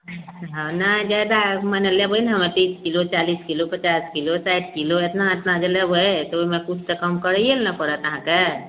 हाँ नहि जादा मने लेबय ने हम तीस किलो चालीस किलो पचास किलो साठि किलो एतना एतना जे लेबय तऽ ओइमे किछु तऽ कम करैये लए ने पड़त अहाँके